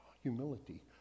humility